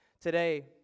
Today